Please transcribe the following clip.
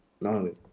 No